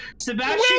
Sebastian